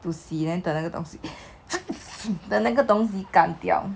to 洗 then 等那个东西 等那个东西干掉